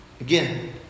Again